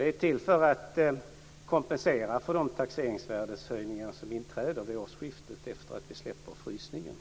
Det är till för att kompensera för de taxeringsvärdeshöjningar som inträder vid årsskiftet, efter att vi släpper frysningen.